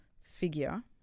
figure